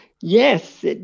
Yes